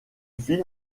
film